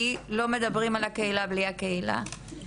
כי לא מדברים על הקהילה בלי הקהילה.